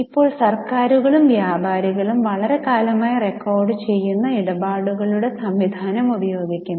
ഇപ്പോൾ സർക്കാരുകളും വ്യാപാരികളും വളരെക്കാലമായി റെക്കോർഡുചെയ്യുന്ന ഇടപാടുകളുടെ സംവിധാനം ഉപയോഗിക്കുന്നു